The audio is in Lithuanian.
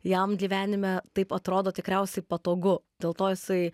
jam gyvenime taip atrodo tikriausiai patogu dėl to jisai